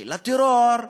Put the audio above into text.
של הטרור,